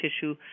tissue